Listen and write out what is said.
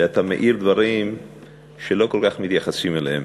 ואתה מאיר דברים שלא כל כך מתייחסים אליהם.